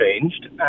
changed